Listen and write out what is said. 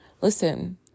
Listen